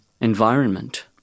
environment